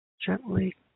gently